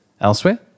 elsewhere